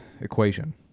equation